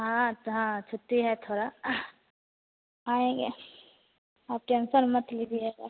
हां तो हां छुट्टी है थोड़ा आएंगे आप टेंसन मत लीजिएगा